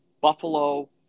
Buffalo